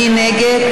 מי נגד?